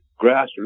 grassroots